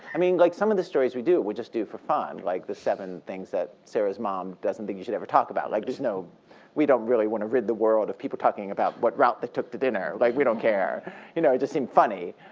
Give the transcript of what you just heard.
i mean, like some of the stories we do, we just do for fun, like the seven things that sarah's mom doesn't think you should ever talk about. like we don't really want to rid the world of people talking about what route they took to dinner. like we don't care. you know it just seemed funny.